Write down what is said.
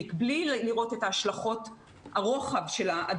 ומעלה יש לעשות את הלימודים כמה שיותר באופן מקוון ולא בתוך בית